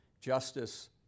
justice